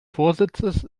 vorsitzes